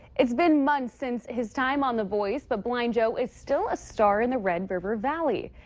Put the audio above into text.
it's been months since his time on the voice but blind joe is still a star in the red river valley.